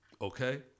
Okay